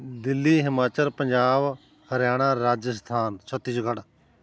Delhi Himachal Punjab Haryana Rajasthan Chhattisgarh